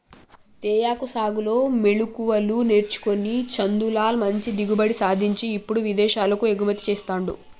తేయాకు సాగులో మెళుకువలు నేర్చుకొని చందులాల్ మంచి దిగుబడి సాధించి ఇప్పుడు విదేశాలకు ఎగుమతి చెస్తాండు